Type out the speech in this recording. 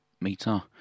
meter